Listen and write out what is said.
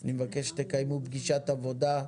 אני מבקש שתקיימו פגישת עבודה.